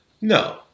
No